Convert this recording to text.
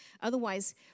Otherwise